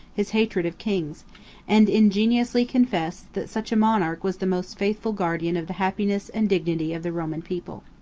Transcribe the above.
his hatred of kings and ingenuously confess, that such a monarch was the most faithful guardian of the happiness and dignity of the roman people.